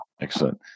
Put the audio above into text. Excellent